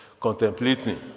contemplating